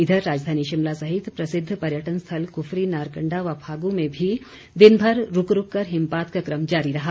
इधर राजधानी शिमला सहित प्रसिद्व पर्यटन स्थल कुफरी नारकंडा व फागू में भी दिनभर रूक रूक कर हिमपात का क्रम जारी रहा